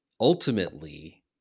Ultimately